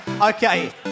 Okay